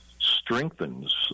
strengthens